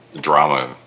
drama